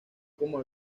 como